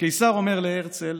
והקיסר אומר להרצל: